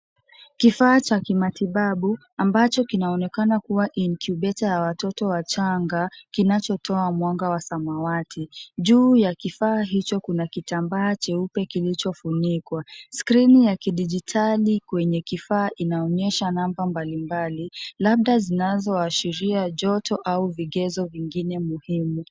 Kifaa cha kimatibabu, ambacho kinaonekana kuwa incubator ya watoto wachanga kinachotoa mwanga wa samawati. Juu ya kifaa hicho kuna kitambaa cheupe kilichofunikwa. Skrini ya kidijitali kwenye kifaa inaonyesha namba mbalimbali, labda zinazoashiria joto au vigezo vingine muhimu.